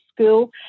school